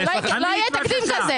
לא יהיה תקדים כזה.